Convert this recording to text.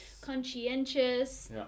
conscientious